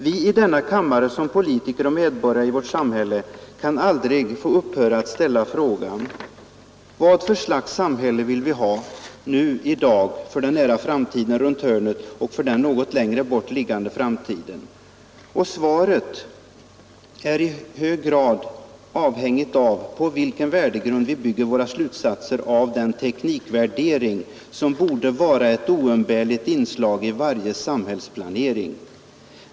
Vi i denna kammare, som politiker och medborgare i vårt samhälle, kan aldrig få upphöra att ställa frågan: Vad för slags samhälle vill vi ha, nu i dag, för den nära framtiden runt hörnet och för den något längre bort liggande framtiden? Och svaret är i hög grad anhängigt av, på vilken värdegrund vi bygger våra slutsatser av den teknikvärdering, som borde vara ett oum bärligt inslag i varje samhällsplanering.